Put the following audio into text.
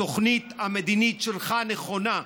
התוכנית המדינית שלך נכונה,